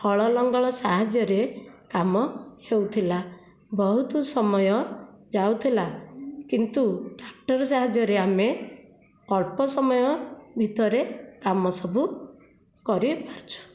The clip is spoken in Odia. ହଳ ଲଙ୍ଗଳ ସାହାଯ୍ୟରେ କାମ ହେଉଥିଲା ବହୁତ ସମୟ ଯାଉଥିଲା କିନ୍ତୁ ଟ୍ରାକ୍ଟର ସାହାଯ୍ୟରେ ଆମେ ଅଳ୍ପ ସମୟ ଭିତରେ କାମ ସବୁ କରିପାରୁଛୁ